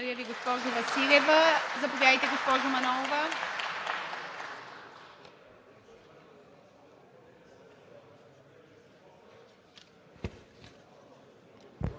Благодаря Ви, госпожо Василева. Заповядайте, госпожо Манолова.